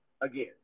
again